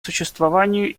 существованию